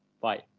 Bye